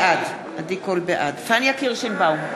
בעד פניה קירשנבאום,